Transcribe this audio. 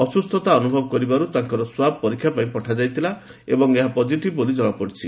ଅସ୍କୁସ୍ଥତା ଅନୁଭବ କରିବାରୁ ତାଙ୍କର ସ୍ପାବ୍ ପରୀକ୍ଷା ପାଇଁ ପଠାଯାଇଥିଲା ଏବଂ ଏହା ପଜିଟିଭ୍ ବୋଲି ଜଣାପଡ଼ିଛି